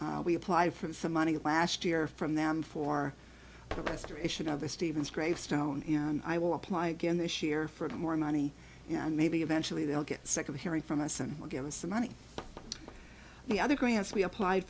that we applied from some money last year from them for the restoration of the stevens gravestone and i will apply again this year for more money maybe eventually they'll get sick of hearing from assen will give us the money the other grants we applied